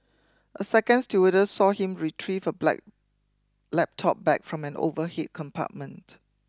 a second stewardess saw him retrieve a black laptop bag from an overhead compartment